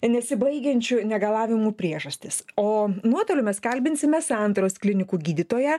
nesibaigiančių negalavimų priežastis o nuotoliu mes kalbinsime santaros klinikų gydytoja